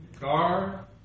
car